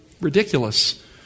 ridiculous